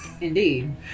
Indeed